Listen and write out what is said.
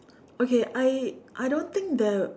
okay I I don't think there